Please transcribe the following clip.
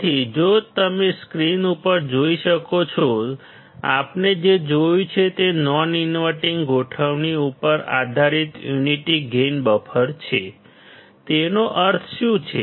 તેથી જો તમે સ્ક્રીન ઉપર જોઈ શકો છો આપણે જે જોયું છે તે નોન ઇન્વર્ટીંગ ગોઠવણી ઉપર આધારિત યુનિટી ગેઇન બફર છે તેનો અર્થ શું છે